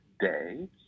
day